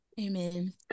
Amen